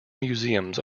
museums